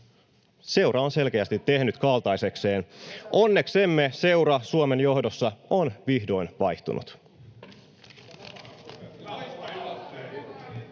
Seura on selkeästi tehnyt kaltaisekseen. Onneksemme seura Suomen johdossa on vihdoin vaihtunut.